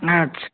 ଆଚ୍ଛା